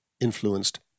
influenced